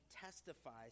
testifies